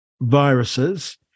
viruses